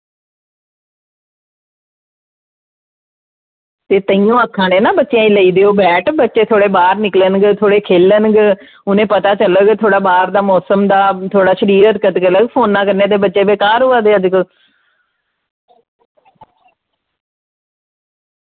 ते ताहियें आक्खै ना बच्चें गी लेई देओ बैट बच्चें गी खेह्लन देओ बाहर निकलदे बच्चे उ'नेंगी पता चलग थोह्ड़े बाहर दे मौसम दा थोह्ड़ा शरीर हरकत करग ते फोन कन्नै ते बच्चे बेकार होआ दे